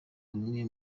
umwe